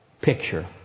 picture